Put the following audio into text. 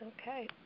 Okay